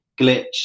glitch